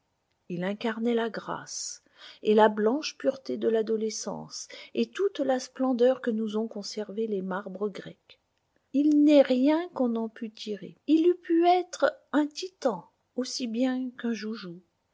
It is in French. il incarnait la grâce et la blanche pureté de l'adolescence et toute la splendeur que nous ont conservée les marbres grecs il nest rien qu'on n'en eût pu tirer il eût pu être un titan aussi bien qu'un joujou